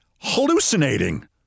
hallucinating